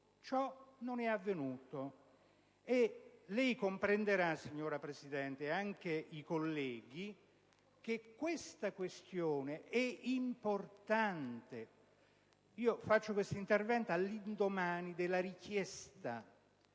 Ciò non è avvenuto, e lei comprenderà, signora Presidente, e lo comprenderanno anche i colleghi, che tale questione è importante. Faccio questo intervento all'indomani della richiesta,